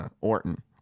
Orton